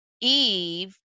Eve